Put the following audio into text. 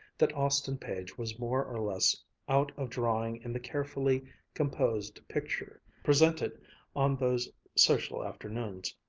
that austin page was more or less out of drawing in the carefully composed picture presented on those social afternoons.